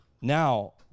Now